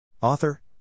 Author